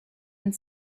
and